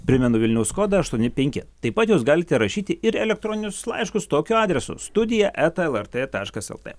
primenu vilniaus kodą aštuoni penki taip pat jūs galite rašyti ir elektroninius laiškus tokiu adresu studija eta lrt taškas lt